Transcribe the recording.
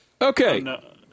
okay